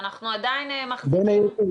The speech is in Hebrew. אנחנו עדיין מחזיקים --- בין היתר,